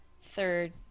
third